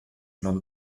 non